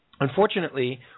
Unfortunately